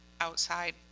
outside